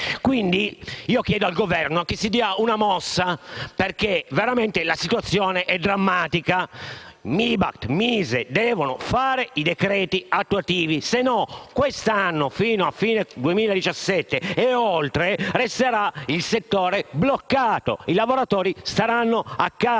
Quindi, io chiedo al Governo che si dia una mossa perché davvero la situazione è drammatica. Mibact e Mise devono fare i decreti attuativi, altrimenti quest'anno, fino a fine 2017 e oltre, il settore resterà bloccato e i lavoratori staranno a casa.